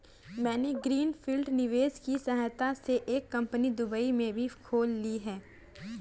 मैंने green field निवेश की सहायता से एक कंपनी दुबई में भी खोल ली है